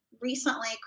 recently